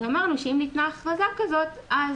ואמרנו שאם ניתנה הכרזה כזאת אז